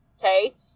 Okay